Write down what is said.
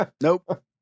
Nope